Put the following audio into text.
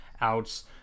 outs